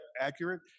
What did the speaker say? accurate